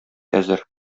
әзер